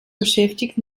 beschäftigt